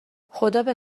خدابه